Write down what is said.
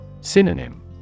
Synonym